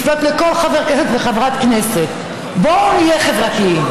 לפנות לכל חבר כנסת וחברת כנסת: בואו נהיה חברתיים.